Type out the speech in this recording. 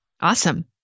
Awesome